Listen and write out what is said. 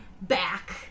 back